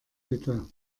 bitte